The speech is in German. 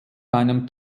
einem